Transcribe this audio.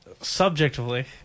subjectively